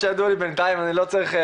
אני צריך.